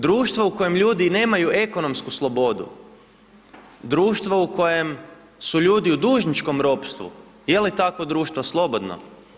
Društvo u kojem ljudi nemaju ekonomsku slobodu, društvo u kojem su ljudi u dužničkom ropstvu je li takvo društvo slobodno?